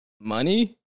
Money